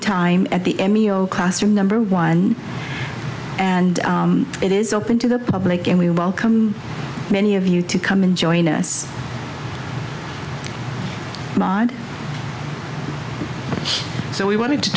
time at the emil classroom number one and it is open to the public and we welcome many of you to come and join us here so we wanted to